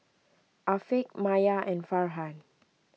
Afiq Maya and Farhan